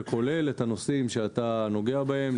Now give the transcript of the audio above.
שכולל את הנושאים שאתה נוגע בהם.